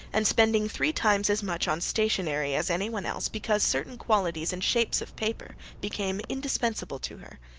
and spending three times as much on stationery as anyone else because certain qualities and shapes of paper became indispensable to her.